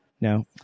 No